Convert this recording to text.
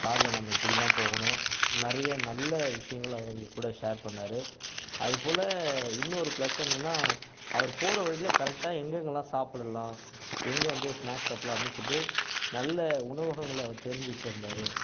கார்ல நம்ம எப்படிலாம் போகணும் நிறைய நல்ல விஷயங்கள் அவர் எங்கக்கூட ஷேர் பண்ணார் அதுபோல இன்னொரு ப்ளஸ் என்னன்னா அவர் போகிற வழியில கரெக்டாக எங்கெங்கல்லாம் சாப்பிட்லாம் எங்கே வந்து ஸ்நாக்ஸ் சாப்பிட்லாம் அப்படினு சொல்லிட்டு நல்ல உணவகங்கள்ல அவர் தெரிஞ்சு வச்சிருந்தார்